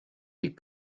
die